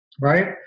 right